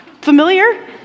Familiar